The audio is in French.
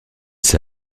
ça